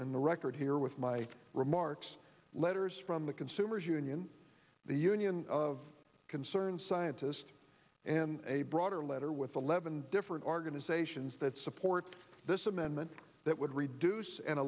the record here with my remarks letters from the consumers union the union of concerned scientists and a broader letter with eleven different organizations that support this amendment that would reduce and